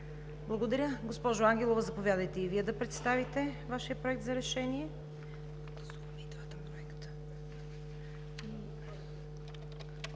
Благодаря. Госпожо Ангелова, заповядайте и Вие да представите Вашия Проект за решение.